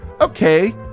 Okay